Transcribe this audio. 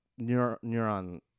neuron